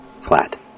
Flat